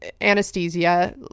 anesthesia